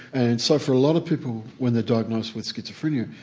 and so for a lot of people, when they're diagnosed with schizophrenia,